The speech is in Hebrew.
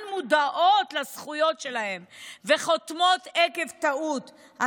מודעות לזכויות שלהן וחותמות עקב טעות,